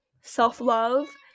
self-love